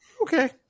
okay